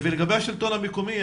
לגבי השלטון המקומי,